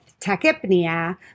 tachypnea